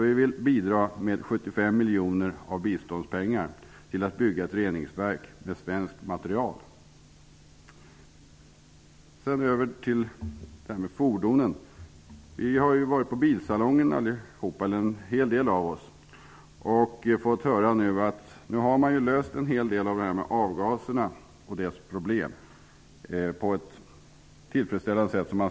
Vi vill att 75 miljoner av biståndspengarna skall användas till att bygga ett reningsverk med svenskt material. Så går jag över till att tala om fordon. En hel del av oss har varit på Bilsalongen och fått höra att man från bilhåll anser att en hel del av avgasproblemen har lösts på ett tillfredsställande sätt.